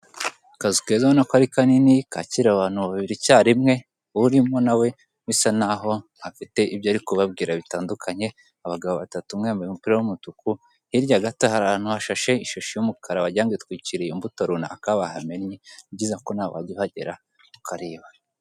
Akazu keza ni uko ari kanini kakira abantu babiri icyarimwe urimo na we bisa naho afite kubabwira bitandukanye, abagabo batatu umwe yambaye umupira w'umutuku hirya gato hari ahantu hashashe ishashi y'umukara wagira ngo itwikiriye imbuto runaka bahamennye, ni byiza ko nawe wajya uhagera ukareba.